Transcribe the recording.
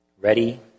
ready